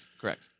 Correct